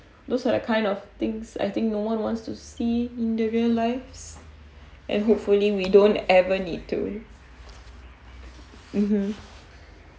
those are the kind of things I think no one wants to see in the real lives and hopefully we don't ever need to mmhmm